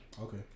Okay